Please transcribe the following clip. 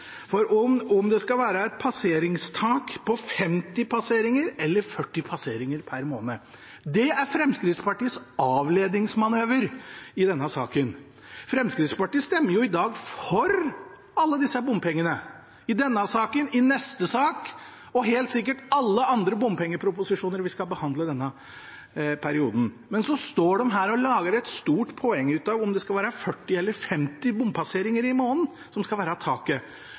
om det skal være et tak på 50 passeringer eller 40 passeringer per måned. Det er Fremskrittspartiets avledningsmanøver i denne saken. Fremskrittspartiet stemmer i dag for alle bompengene i denne saken og i neste sak – og helt sikkert i alle andre bompengeproposisjoner vi skal behandle i denne perioden. Så står de her og lager et stort poeng av om taket skal være på 40 eller 50 bompasseringer i måneden. Hvorfor ikke 30? Det er vel ingen prinsipiell tilnærming om det skal være